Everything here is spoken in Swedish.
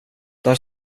där